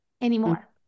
anymore